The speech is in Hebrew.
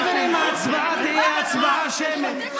חברים, ההצבעה תהיה הצבעה שמית.